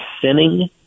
sinning